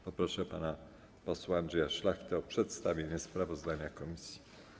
Proszę pana posła Andrzeja Szlachtę o przedstawienie sprawozdania komisji.